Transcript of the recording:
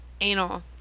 anal